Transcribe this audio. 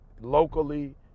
locally